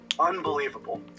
Unbelievable